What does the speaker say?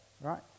right